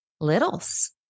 littles